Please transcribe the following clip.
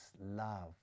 love